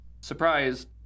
surprise